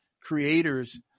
creators